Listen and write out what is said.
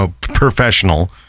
professional